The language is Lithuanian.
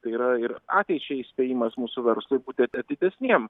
tai yra ir ateičiai įspėjimas mūsų verslui būti atidesniem